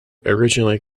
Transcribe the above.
originally